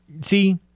See